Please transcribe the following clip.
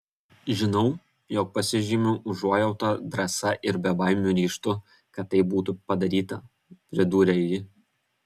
žinau jog pasižymiu užuojauta drąsa ir bebaimiu ryžtu kad tai būtų padaryta pridūrė ji